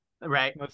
Right